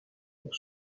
pour